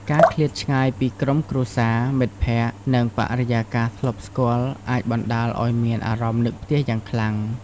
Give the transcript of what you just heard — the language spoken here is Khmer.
ការឃ្លាតឆ្ងាយពីក្រុមគ្រួសារ មិត្តភក្តិ និងបរិយាកាសធ្លាប់ស្គាល់ អាចបណ្ដាលឲ្យមានអារម្មណ៍នឹកផ្ទះយ៉ាងខ្លាំង។